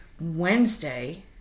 Wednesday